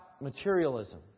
materialism